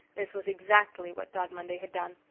this was exactly what dog monday had done.